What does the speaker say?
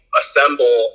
assemble